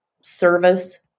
service